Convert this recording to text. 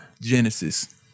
Genesis